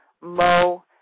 Mo